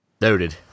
Noted